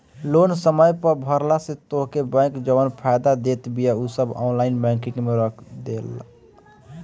loan समय पअ भरला से तोहके बैंक जवन फायदा देत बिया उ सब ऑनलाइन बैंकिंग में देखा देला